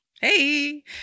hey